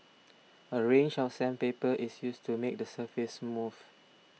a range of sandpaper is used to make the surface smooth